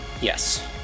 Yes